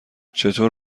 چطور